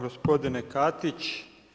Gospodine Katić.